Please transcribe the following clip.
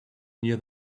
near